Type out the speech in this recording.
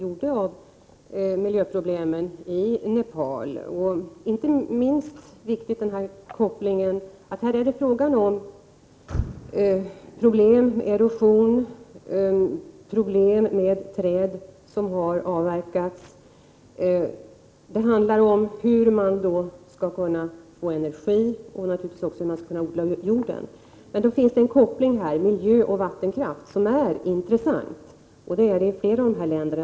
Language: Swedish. Fru talman! Jag ansluter mig till den beskrivning som Hans Dau gjorde av miljöproblemen i Nepal, inte minst vad gäller att det här är fråga om problem med erosion, med trädavverkning, med energiförsörjning och med odlingen av jorden. Men det finns i flera av de aktuella länderna en intressant koppling mellan miljö och vattenkraft.